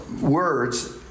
words